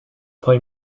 play